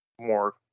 more